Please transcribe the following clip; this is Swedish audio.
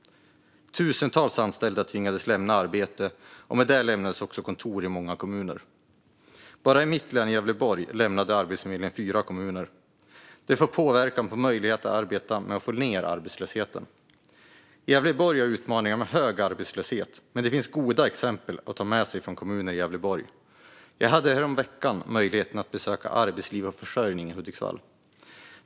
Tusentals anställda tvingades lämna arbetet, och med det lämnades också kontor i många kommuner. Bara i mitt hemlän Gävleborg lämnade Arbetsförmedlingen fyra kommuner. Det får påverkan på möjligheten att arbeta med att få ned arbetslösheten. Gävleborg har utmaningar med hög arbetslöshet. Men det finns goda exempel att ta med sig ifrån kommuner i Gävleborg. Jag hade häromveckan möjligheten att besöka Arbetsliv och försörjning i Hudiksvall.